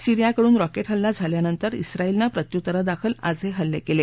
सीरियाकडून rocket हल्ला झाल्यानंतर ज्ञायलनं प्रत्युत्तरादाखल आज हे हल्ले केले